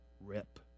rip